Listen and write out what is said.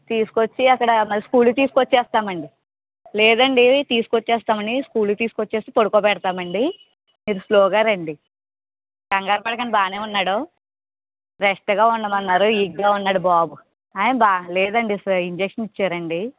తీసుకువచ్చి అక్కడ స్కూల్కి తీసుకొచ్చేస్తామండి లేదండి తీసుకొవచ్చేస్తామనీ స్కూల్కి తీసుకు వచ్చేసి పడుకోబెడతామండి మీరు స్లోగా రండి కంగారు పడకండి బాగానే ఉన్నాడు రెస్ట్గా ఉండమన్నారు వీక్గా ఉన్నాడు బాబు బాగలేదండి ఇంజెక్షన్ ఇచ్చారండి